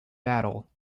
battle